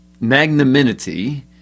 magnanimity